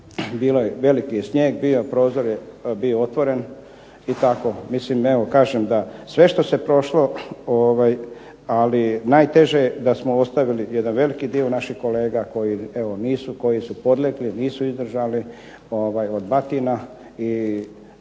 cipelama. Veliki je snijeg bio, prozor je bio otvoren i tako. Mislim evo, kažem da sve što se prošlo, ali najteže je da smo ostavili jedan veliki dio naših kolega koji evo nisu, koji su podlegli nisu izdržali od batina.